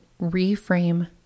reframe